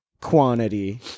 quantity